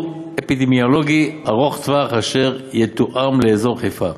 אפידמיולוגי ארוך טווח אשר יותאם לאזור חיפה,